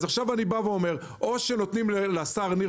אז עכשיו אני בא ואומר: או שנותנים לשר ניר